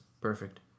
perfect